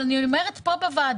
אבל אני אומרת פה בוועדה,